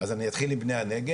אז אני אתחיל עם בני הנגב.